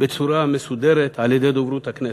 בצורה מסודרת על-ידי דוברות הכנסת,